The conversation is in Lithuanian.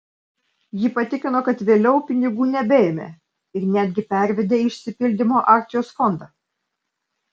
ji patikino kad vėliau pinigų nebeėmė ir netgi pervedė į išsipildymo akcijos fondą